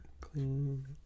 clean